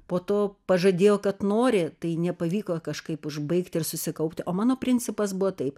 po to pažadėjo kad nori tai nepavyko kažkaip užbaigt ir susikaupti o mano principas buvo taip